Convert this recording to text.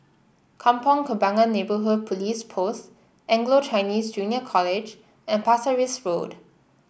Kampong Kembangan Neighbourhood Police Post Anglo Chinese Junior College and Pasir Ris Road